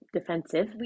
defensive